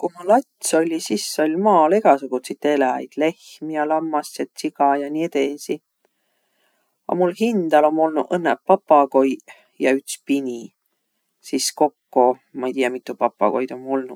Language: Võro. Ku ma lats olli, sis oll' maal egäsugutsit eläjit, lehm ja lammas ja tsiga ja nii edesi. A mul hindäl om olnuq õnnõ papagoiq ja üts pini, sis kokko mai-tiiäq, mitu papagoid om olnuq.